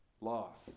Loss